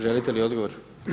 Želite li odgovor?